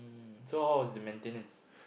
so how was the maintenance